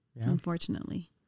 unfortunately